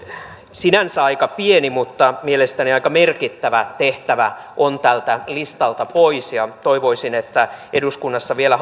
sinänsä aika pieni mutta mielestäni aika merkittävä tehtävä on tältä listalta pois toivoisin että eduskunnassa vielä